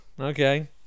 Okay